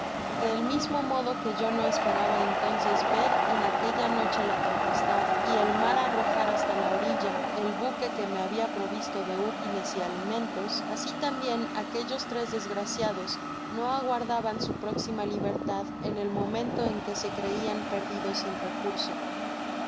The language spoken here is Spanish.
del mismo modo que yo no esperaba entonces ver en aquella noche la tempestad y el mar arrojar hasta la orilla el buque que me habia provisto de útiles y alimentos asi tambien aquellos tres desgraciados no aguardaban su próxima libertad en el momento en que se creian perdidos sin recurso